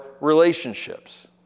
relationships